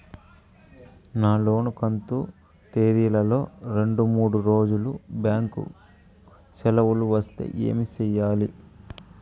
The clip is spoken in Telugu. నా లోను కంతు తేదీల లో రెండు మూడు రోజులు బ్యాంకు సెలవులు వస్తే ఏమి సెయ్యాలి?